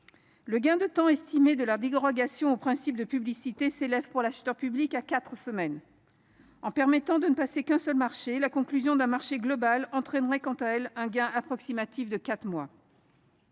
Le gain de temps estimé de la dérogation au principe de publicité s’élève, pour l’acheteur public, à quatre semaines. En permettant de ne passer qu’un seul marché, la conclusion d’un marché global entraînerait quant à elle un gain approximatif de quatre mois.